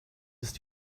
ist